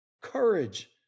courage